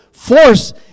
force